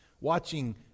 watching